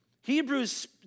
Hebrews